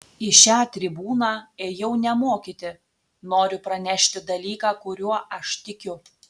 į šią tribūną ėjau ne mokyti noriu pranešti dalyką kuriuo aš tikiu